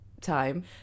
time